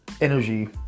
energy